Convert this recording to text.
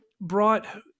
brought